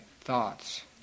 thoughts